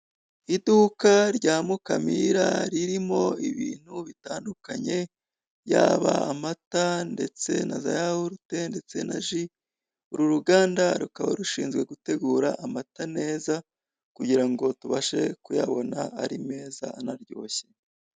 Iduka rya Mukamira ririmo ibintu bitandukanye yaba amata ndetse na za yahurute ndetse na ji, uru ruganda rukaba rushinzwe gutegura amata neza kugira ngo tubashe kuyabona ari meza anaryoshye.